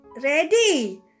Ready